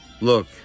Look